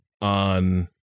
on